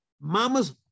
mamas